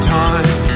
time